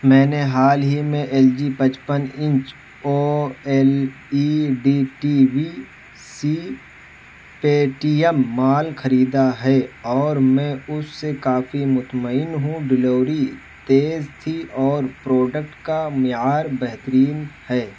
میں نے حال ہی میں ایل جی پچپن inch O L E D T V سی پے ٹی ایم مال خریدا ہے اور میں اس سے کافی مطمئن ہوں ڈلیوری تیز تھی اور پروڈکٹ کا معیار بہترین ہے